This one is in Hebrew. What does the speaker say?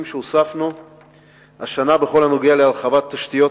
שהוספנו השנה בכל הנוגע להרחבת תשתיות,